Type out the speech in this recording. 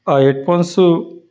headphones